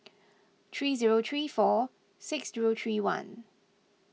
three zero three four six zero three one